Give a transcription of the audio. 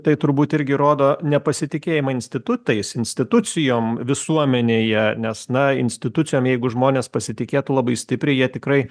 tai turbūt irgi rodo nepasitikėjimą institutais institucijom visuomenėje nes na institucijom jeigu žmonės pasitikėtų labai stipriai jie tikrai